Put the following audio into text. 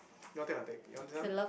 don't take I take you want this one